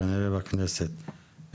כנראה בכנסת.